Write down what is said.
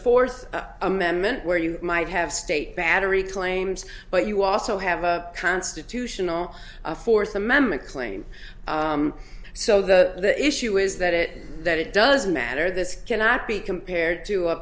fourth amendment where you might have state battery claims but you also have a constitutional fourth amendment claim so the issue is that it that it doesn't matter this cannot be compared to a